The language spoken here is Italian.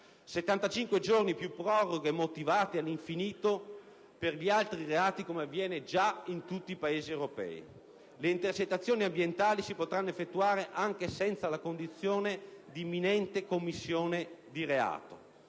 giorni più proroghe motivate all'infinito per gli altri reati, come avviene già in tutti i Paesi europei. Le intercettazioni ambientali si potranno effettuare anche senza la condizione di imminente commissione di reato.